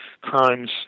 crimes